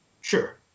sure